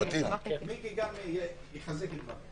מיקי גם יחזק את דבריי.